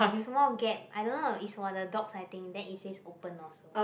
small gap I don't know it's for the dogs I think then it says open or so